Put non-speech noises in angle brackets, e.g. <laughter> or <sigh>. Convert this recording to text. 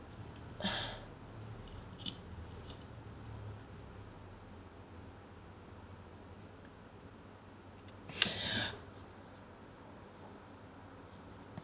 <breath> <breath>